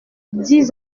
dix